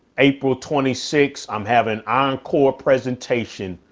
april twenty six i'm having encore presentation,